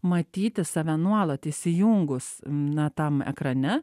matyti save nuolat įsijungus na tam ekrane